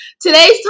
today's